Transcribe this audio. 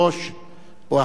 ואחריה,